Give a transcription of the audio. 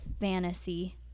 fantasy